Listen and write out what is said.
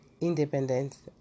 independence